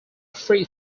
free